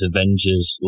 Avengers